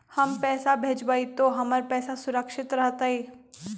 हम पैसा भेजबई तो हमर पैसा सुरक्षित रहतई?